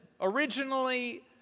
originally